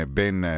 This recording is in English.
ben